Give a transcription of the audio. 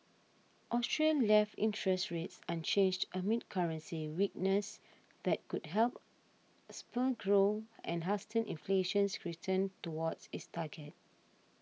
Australia left interest rates unchanged amid currency weakness that could help spur growth and hasten inflation's return toward its target